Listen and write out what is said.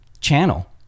channel